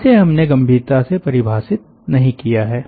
इसे हमने गंभीरता से परिभाषित नहीं किया है